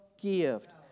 gift